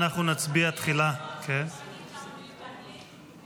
אנחנו נצביע תחילה --- אפשר להגיד כמה מילים באנגלית?